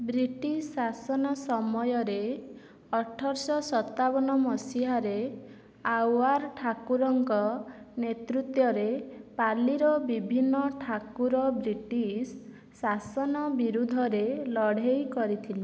British ଶାସନ ସମୟରେ ଅଠରଶହ ସାତବନ ମସିହାରେ ଆଉୱାର ଠାକୁରଙ୍କ ନେତୃତ୍ୱରେ ପାଲିର ବିଭିନ୍ନ ଠାକୁର ବ୍ରିଟିଶ ଶାସନ ବିରୁଦ୍ଧରେ ଲଢ଼େଇ କରିଥିଲେ